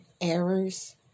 errors